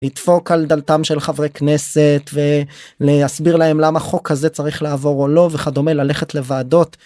לדפוק על דלתם של חברי כנסת, ולהסביר להם למה חוק כזה צריך לעבור או לא, וכדומה, ללכת לוועדות.